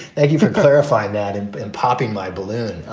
thank you for clarifying that and popping my balloon.